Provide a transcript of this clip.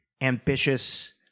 ambitious